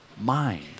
mind